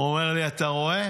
הוא אומר לי, אתה רואה,